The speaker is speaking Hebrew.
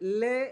(מוזמן,